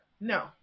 No